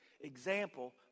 example